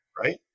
Right